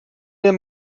him